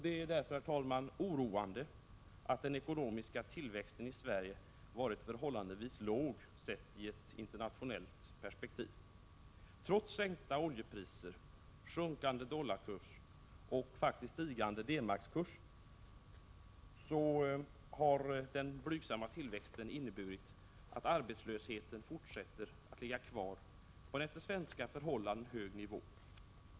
Det är därför, herr talman, oroande att den ekonomiska tillväxten i Sverige varit förhållandevis låg, sett i ett internationellt perspektiv. Trots sänkta oljepriser, sjunkande dollarkurs och faktiskt stigande DM-kurs har den blygsamma tillväxten inneburit att arbetslösheten fortsätter att ligga kvar på en för svenska förhållanden hög nivå.